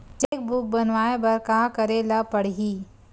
Cheque book बनवाय बर का करे ल पड़हि?